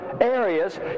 areas